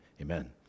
Amen